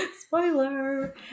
spoiler